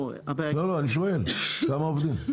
לא, הבעיה --- לא, אני שואל, כמה עובדים?